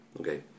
Okay